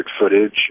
footage